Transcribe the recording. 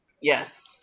yes